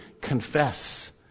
confess